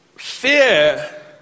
Fear